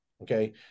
okay